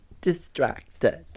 distracted